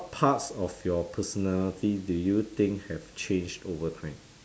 parts of your personality do you think have changed over time